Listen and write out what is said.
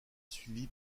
suivi